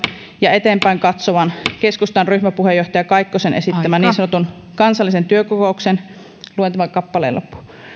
ja eteenpäin katsovan keskustan ryhmäpuheenjohtaja kaikkosen esittämän niin sanotun kansallisen työkokouksen luen tämän kappaleen loppuun